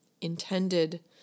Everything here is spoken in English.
intended